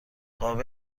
قاب